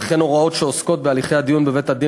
וכן הוראות שעוסקות בהליכי הדיון בבית-הדין